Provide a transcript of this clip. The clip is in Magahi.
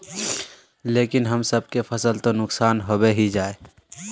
लेकिन हम सब के फ़सल तो नुकसान होबे ही जाय?